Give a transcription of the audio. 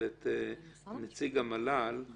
אז נציג המל"ל,